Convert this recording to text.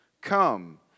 Come